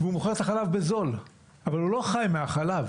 הוא מוכר את החלב בזול אבל הוא לא חי מהחלב,